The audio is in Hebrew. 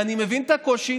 אני מבין את הקושי,